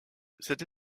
cette